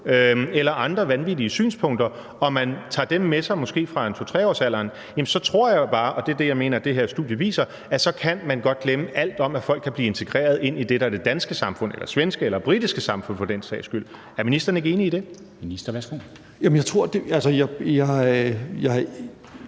eller andre vanvittige synspunkter, og man tager dem med sig fra måske 2-3-årsalderen, jamen så tror jeg bare – og det er det, jeg mener det her studie viser – at så kan man godt glemme alt om, at folk kan blive integreret ind i det, der er det danske samfund eller svenske eller britiske samfund for den sags skyld. Er ministeren ikke enig i det? Kl. 13:32 Formanden (Henrik